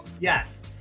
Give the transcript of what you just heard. Yes